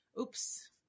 oops